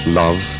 love